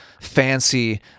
fancy